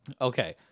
Okay